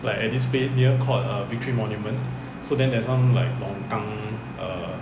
like at this place near called err victory monument so then there's some like longkang err